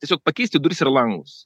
tiesiog pakeisti duris ir langus